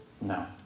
No